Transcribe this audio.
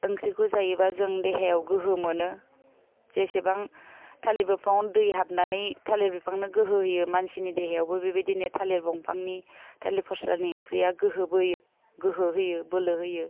ओंख्रिखौ जायोबा जों देहायाव गोहो मोनो जेसेबां थालिर बिफांआवनो दै हाबनानै थालिर बिफांनो गोहो होयो मानसिनि देहायावबो बेबायदिनो थालिर दंफांनि थालिर फस्लानि ओंख्रिया गोहो बोयो गोहो होयो बोलो होयो